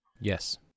yes